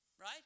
Right